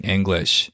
English